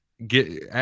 Get